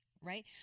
right